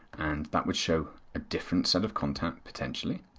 and that would show a different set of content potentially.